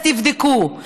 אז תבדקו.